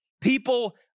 people